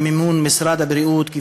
ובמימון של משרד הבריאות מגיל מתשע עד 12,